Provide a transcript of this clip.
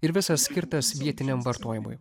ir visas skirtas vietiniam vartojimui